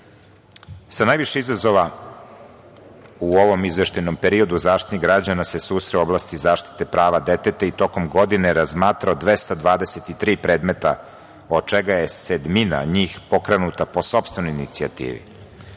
najviše izazova u ovom izveštajnom periodu Zaštitnik građana se susreo u oblasti zaštite prava deteta i tokom godine razmatrao 223 predmeta, od čega je sedmina njih pokrenuta po sopstvenoj inicijativi.